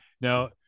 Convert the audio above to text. Now